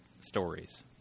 stories